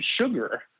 sugar